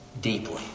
Deeply